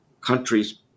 countries